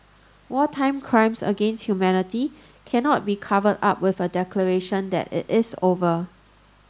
wartime crimes against humanity cannot be covered up with a declaration that it is over